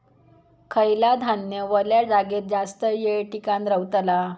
खयला धान्य वल्या जागेत जास्त येळ टिकान रवतला?